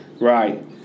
Right